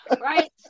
right